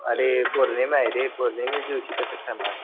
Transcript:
अरे पौर्णिमा आहे रे पौर्णिमे दिवशी कसं खाणार